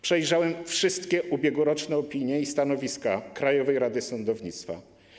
Przejrzałem wszystkie ubiegłoroczne opinie i stanowiska Krajowej Rady Sądownictwa.